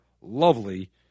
lovely